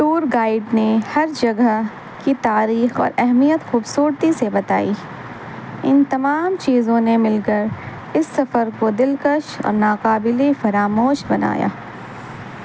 tour guide نے ہر جگہ کی تاریخ اور اہمیت خوبصورتی سے بتائی ان تمام چیزوں نے مل کر اس سفر کو دلکش اور ناقابلی فراموش بنایا